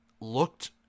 looked